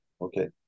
Okay